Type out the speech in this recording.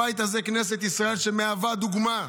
הבית הזה, כנסת ישראל, שמהווה דוגמה,